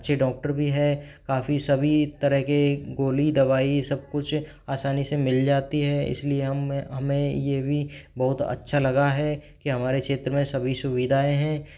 अच्छे डॉक्टर भी है काफ़ी सभी तरह के गोली दवाई सब कुछ आसानी से मिल जाती है इसलिए हम हमें यह भी बहुत अच्छा लगा है कि हमारे क्षेत्र में सभी सुविधाएँ हैं